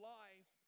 life